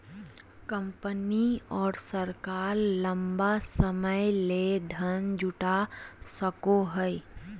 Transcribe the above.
company और सरकार लंबा समय ले धन जुटा सको हइ